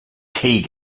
die